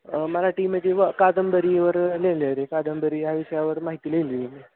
मराठीमध्ये व कादंबरीवर लिहिलेले कादंबरी ह्या विषयावर माहिती लिहिली